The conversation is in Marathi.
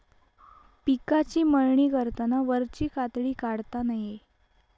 पिकाची मळणी करताना वरची कातडी काढता नये